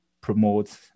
promote